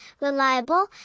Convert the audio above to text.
reliable